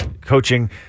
coaching